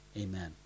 Amen